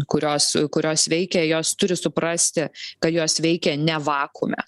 kurios kurios veikia jos turi suprasti kad jos veikia ne vakuume